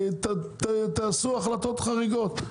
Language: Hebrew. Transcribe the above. תעשו החלטות חריגות.